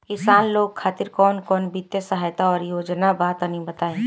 किसान लोग खातिर कवन कवन वित्तीय सहायता और योजना बा तनि बताई?